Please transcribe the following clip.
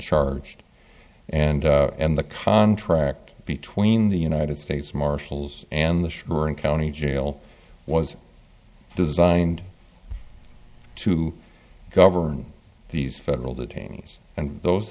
charged and and the contract between the united states marshals and the sure and county jail was designed to govern these federal detainees and those